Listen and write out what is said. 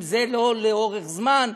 אם זה לא לאורך זמן,